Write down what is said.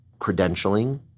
credentialing